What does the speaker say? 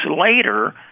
later